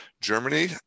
Germany